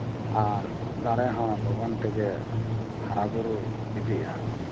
ᱟᱨ ᱫᱟᱨᱮ ᱦᱚᱸ ᱞᱚᱜᱚᱱ ᱛᱮᱜᱮ ᱦᱟᱨᱟ ᱵᱩᱨᱩ ᱤᱫᱤᱜᱼᱟ